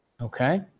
Okay